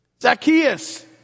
Zacchaeus